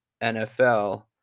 NFL